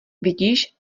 vidíš